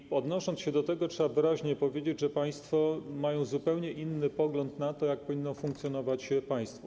I odnosząc się do tego, trzeba wyraźnie powiedzieć, że państwo mają zupełnie inny pogląd na to, jak powinno funkcjonować państwo.